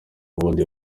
bundi